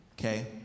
Okay